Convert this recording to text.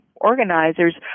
organizers